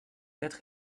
être